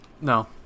No